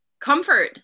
comfort